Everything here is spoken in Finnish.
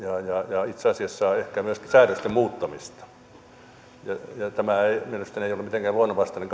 ja itse asiassa ehkä myöskin säädösten muuttamista ja tämä ei mielestäni ole mitenkään luonnon vastainen